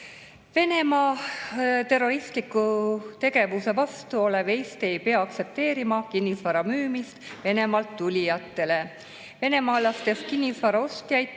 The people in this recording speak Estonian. Venemaa terroristliku tegevuse vastu olev Eesti ei pea aktsepteerima kinnisvara müümist Venemaalt tulijatele. Venemaalastest kinnisvaraostjaid